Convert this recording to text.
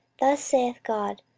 thus saith god,